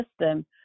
system